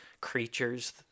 creatures